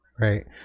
Right